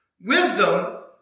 Wisdom